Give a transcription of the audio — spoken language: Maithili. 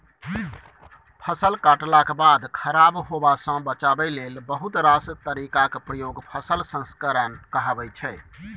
फसल कटलाक बाद खराब हेबासँ बचाबै लेल बहुत रास तरीकाक प्रयोग फसल संस्करण कहाबै छै